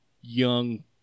young